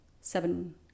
seven